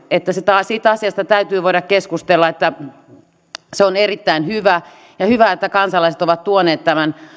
että siitä asiasta täytyy voida keskustella se on erittäin hyvä hyvä että kansalaiset ovat tuoneet tämän